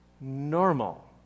normal